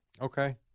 Okay